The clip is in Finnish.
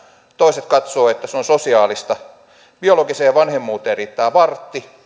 toiset katsovat että se on sosiaalista biologiseen vanhemmuuteen riittää vartti